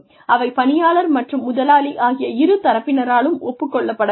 அவை பணியாளர் மற்றும் முதலாளி ஆகிய இரு தரப்பினராலும் ஒப்புக் கொள்ளப்பட வேண்டும்